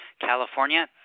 California